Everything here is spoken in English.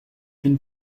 been